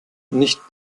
nicht